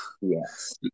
Yes